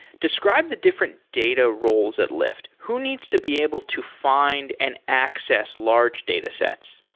describe the different data roles at lyft. who needs to be able to find and access large datasets?